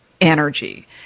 energy